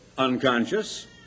unconscious